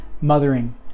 mothering